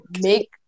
make